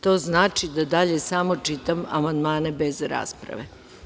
To znači da dalje samo čitam amandmane, bez rasprave.